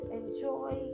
enjoy